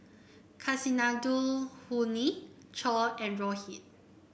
Kasinadhuni Choor and Rohit